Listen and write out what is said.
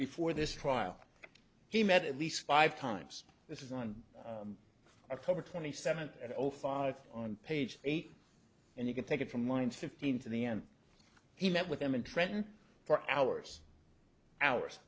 before this trial he met at least five times this is on a cover twenty seven and zero five on page eight and you can take it from line fifteen to the end he met with him in trenton for hours hours